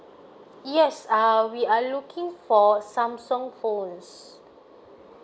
yes err we are looking for samsung phones